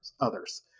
others